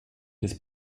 des